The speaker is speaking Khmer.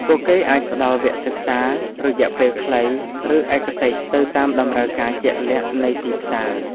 ពួកគេអាចផ្តល់វគ្គសិក្សារយៈពេលខ្លីឬឯកទេសទៅតាមតម្រូវការជាក់លាក់នៃទីផ្សារ។